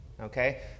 Okay